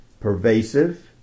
Pervasive